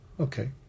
okay